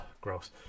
gross